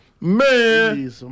man